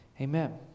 Amen